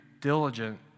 diligent